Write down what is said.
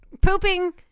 Pooping